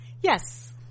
yes